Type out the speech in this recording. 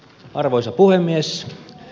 arvoisa puhemies